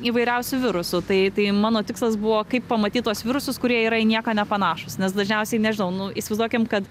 įvairiausių virusų tai tai mano tikslas buvo kaip pamatyt tuos virusus kurie yra į nieką nepanašūs nes dažniausiai nežinau nu įsivaizduokim kad